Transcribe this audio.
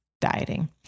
dieting